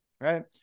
Right